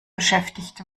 beschäftigt